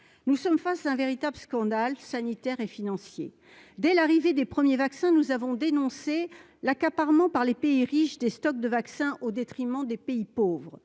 nous sommes face à un véritable scandale sanitaire et financier dès l'arrivée des premiers vaccins nous avons dénoncé l'accaparement par les pays riches, des stocks de vaccins au détriment des pays pauvres,